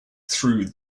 through